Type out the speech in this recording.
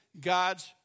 God's